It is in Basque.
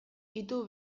ito